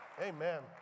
Amen